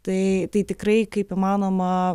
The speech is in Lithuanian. tai tai tikrai kaip įmanoma